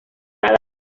fue